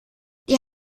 die